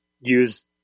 use